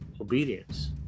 obedience